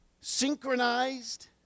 synchronized